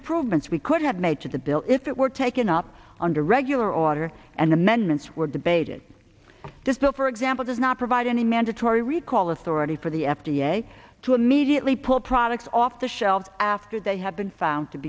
improvements we could have made to the bill if it were taken up under regular order and amendments were debated this bill for example does not provide any mandatory recall authority for the f d a to immediately pull products off the shelves after they have been found to